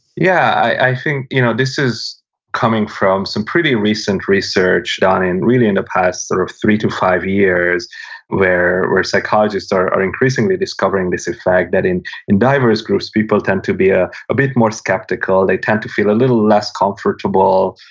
yeah. i think you know this is coming from some pretty recent research done really in the and past sort of three to five years where where psychologists are increasingly discovering this effect that in in diverse groups, people tend to be ah a bit more skeptical. they tend to feel a little less comfortable,